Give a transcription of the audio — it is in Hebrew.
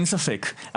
אין ספק,